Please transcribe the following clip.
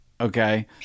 Okay